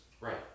right